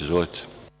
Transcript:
Izvolite.